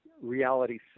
reality